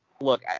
look